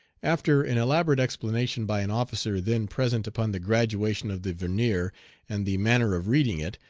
after an elaborate explanation by an officer then present upon the graduation of the vernier and the manner of reading it,